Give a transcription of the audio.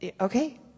Okay